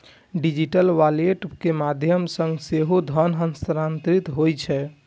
digital wallet के माध्यम सं सेहो धन हस्तांतरित होइ छै